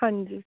ਹਾਂਜੀ